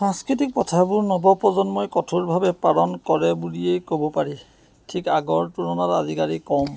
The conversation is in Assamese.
সংস্কৃতিক প্ৰথাবোৰ নৱপ্ৰজন্মই কঠোৰভাৱে পালন কৰে বুলিয়েই ক'ব পাৰি ঠিক আগৰ তুলনাত আজিকালি কম